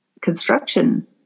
construction